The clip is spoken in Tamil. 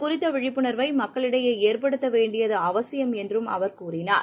குறித்தவிழிப்புணர்வைமக்களிடையேஏற்படுத்தவேண்டியதுஅவசியம் என்றம் அவர் இவ தெரிவித்தார்